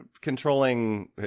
controlling